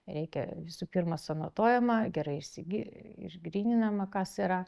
reikia visų pirma suanotuojama gerai įsigi išgryninama kas yra